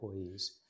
employees